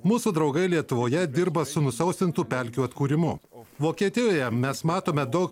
mūsų draugai lietuvoje dirba su nusausintų pelkių atkūrimu vokietijoje mes matome daug